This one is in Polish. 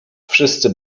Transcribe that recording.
wszyscy